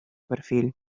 perfil